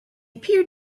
pier